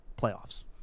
playoffs